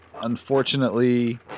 Unfortunately